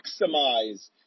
maximize